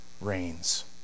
reigns